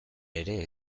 ere